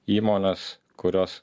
įmonės kurios